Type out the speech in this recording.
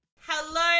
hello